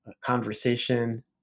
conversation